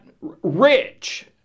rich